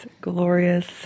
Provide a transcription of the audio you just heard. Glorious